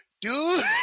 dude